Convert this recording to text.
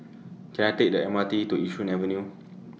Can I Take The M R T to Yishun Avenue